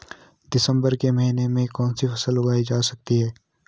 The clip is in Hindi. दिसम्बर के महीने में कौन सी फसल उगाई जा सकती है?